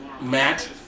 Matt